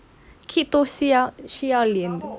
kid 都需要需要脸的